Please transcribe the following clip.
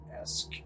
esque